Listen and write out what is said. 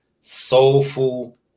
soulful